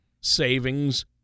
savings